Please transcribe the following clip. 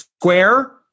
Square